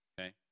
Okay